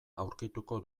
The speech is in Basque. aurkituko